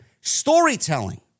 storytelling